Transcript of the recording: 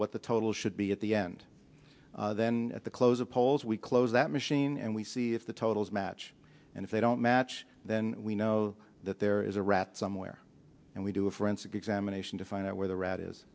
what the total should be at the end then at the close of polls we close that machine and we see if the totals match and if they don't match then we know that there is a rat somewhere and we do a forensic examination to find out where the rat is